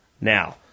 now